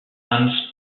hans